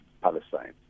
Palestine